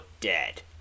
dead